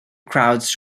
crowds